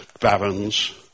barons